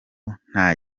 nta